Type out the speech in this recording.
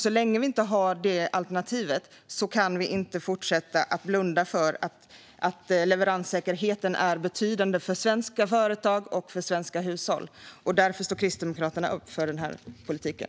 Så länge vi inte har det alternativet kan vi inte fortsätta att blunda för att leveranssäkerheten är av betydelse för svenska företag och för svenska hushåll. Därför står Kristdemokraterna upp för den här politiken.